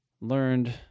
learned